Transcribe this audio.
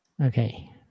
Okay